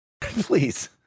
Please